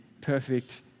perfect